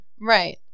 Right